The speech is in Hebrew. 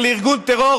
תודה רבה,